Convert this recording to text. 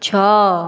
ଛଅ